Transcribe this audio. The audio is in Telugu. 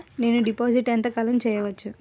నేను డిపాజిట్ ఎంత కాలం చెయ్యవచ్చు?